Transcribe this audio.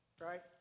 Right